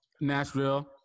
Nashville